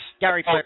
Gary